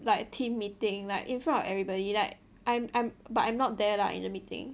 like team meeting like in front of everybody like I'm I'm but I'm not there lah in the meeting